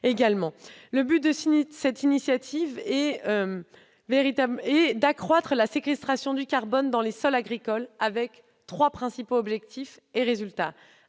Le but de cette initiative est d'accroître la séquestration du carbone dans les sols agricoles. Les trois principaux objectifs sont